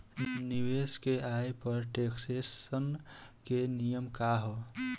निवेश के आय पर टेक्सेशन के नियम का ह?